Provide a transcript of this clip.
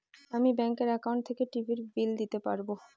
আমি ব্যাঙ্কের একাউন্ট থেকে টিভির বিল দিতে পারবো